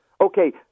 Okay